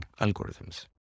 algorithms